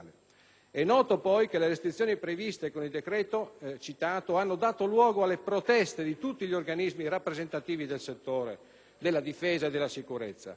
È noto poi che le restrizioni previste con il decreto citato hanno dato luogo alle proteste di tutti gli organismi rappresentativi del settore della difesa e della sicurezza.